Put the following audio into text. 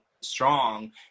strong